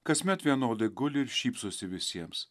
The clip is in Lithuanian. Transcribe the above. kasmet vienodai guli ir šypsosi visiems